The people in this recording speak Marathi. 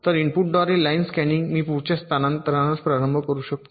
तर इनपुटद्वारे लाइन स्कॅनिन मी पुढच्या स्थानांतरणास प्रारंभ करू शकतो